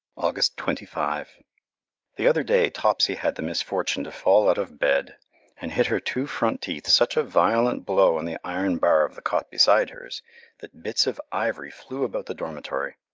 august twenty five the other day topsy had the misfortune to fall out of bed and hit her two front teeth such a violent blow on the iron bar of the cot beside hers that bits of ivory flew about the dormitory.